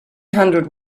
hundred